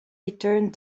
returned